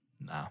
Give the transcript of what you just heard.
No